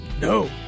no